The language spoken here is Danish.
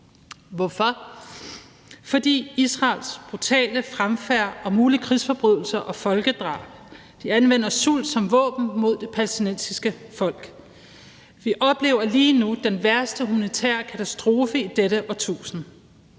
grund af Israels brutale fremfærd og mulige krigsforbrydelser og folkedrab. De anvender sult som våben mod det palæstinensiske folk. Vi oplever lige nu den værste humanitære katastrofe i dette årtusind.